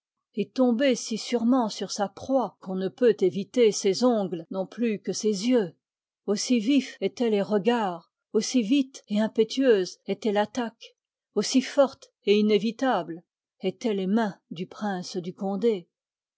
et tomber si sûrement sur sa proie qu'on ne peut éviter ses ongles non plus que ses yeux aussi vifs étaient les regards aussi vite et impétueuse était l'attaque aussi fortes et inévitables étaient les mains du prince du condé